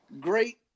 Great